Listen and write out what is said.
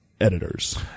editors